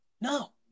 No